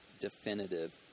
definitive